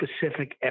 specific